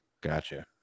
Gotcha